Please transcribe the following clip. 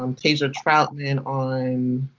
um teja troutman, on